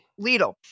Lidl